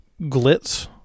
glitz